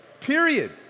Period